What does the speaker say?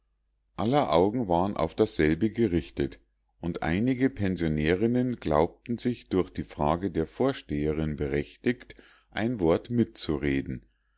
aller augen waren auf dasselbe gerichtet und einige pensionärinnen glaubten sich durch die frage der vorsteherin berechtigt ein wort mitzureden